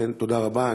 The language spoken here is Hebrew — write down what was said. לכן, תודה רבה.